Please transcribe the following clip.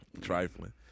Trifling